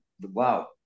wow